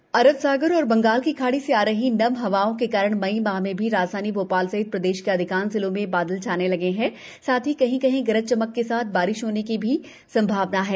मौसम अरब सागर और बंगाल की खाड़ी से आ रही नम हवाओं के कारण मई माह में भी राजधानी भो ाल सहित प्रदेश के अधिकांश जिलों में बादल छाने लगे हैं साथ ही कहीं कहीं गरज चमक के साथ बारिश भी होने लगी है